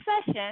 session